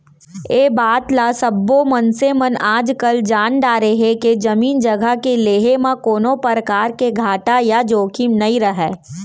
ए बात ल सब्बो मनसे मन आजकाल जान डारे हें के जमीन जघा के लेहे म कोनों परकार घाटा या जोखिम नइ रहय